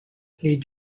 les